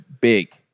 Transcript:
big